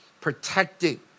protecting